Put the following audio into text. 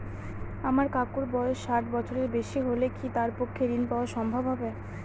আমার কাকুর বয়স ষাট বছরের বেশি হলে কি তার পক্ষে ঋণ পাওয়া সম্ভব হবে?